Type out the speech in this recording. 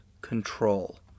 control